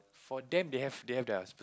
for them they have they have theirs